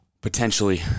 potentially